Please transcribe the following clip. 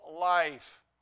life